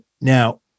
Now